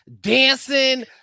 dancing